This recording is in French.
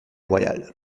royal